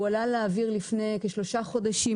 הוא עלה לאוויר לפני כשלושה חודשים,